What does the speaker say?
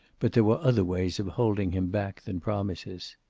but there were other ways of holding him back than promises.